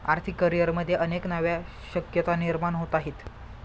आर्थिक करिअरमध्ये अनेक नव्या शक्यता निर्माण होत आहेत